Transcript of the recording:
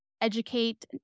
educate